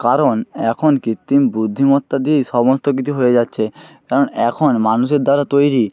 কারণ এখন কৃত্রিম বুদ্ধিমত্তা দিয়েই সমস্ত কিছু হয়ে যাচ্ছে কারণ এখন মানুষের দ্বারা তৈরি